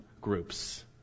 groups